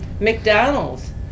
McDonald's